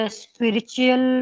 spiritual